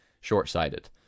short-sighted